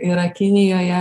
yra kinijoje